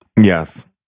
Yes